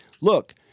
look